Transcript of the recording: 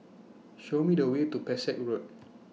Show Me The Way to Pesek Road